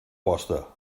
posta